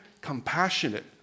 compassionate